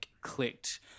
clicked